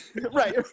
right